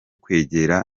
kwegera